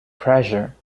pressure